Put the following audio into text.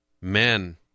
men